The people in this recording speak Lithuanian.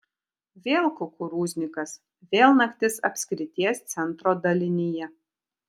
vėl kukurūznikas vėl naktis apskrities centro dalinyje